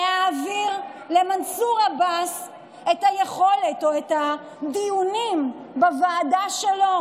להעביר למנסור עבאס את היכולת או את הדיונים בוועדה שלו,